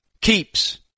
Keeps